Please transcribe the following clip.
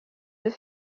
deux